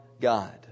God